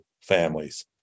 families